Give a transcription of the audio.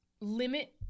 limit